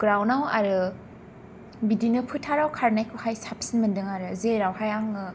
ग्राउन्डाव आरो बिदिनो फोथाराव खारनायखौहाय साबसिन मोनदों आरो जेरावहाय